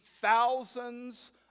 thousands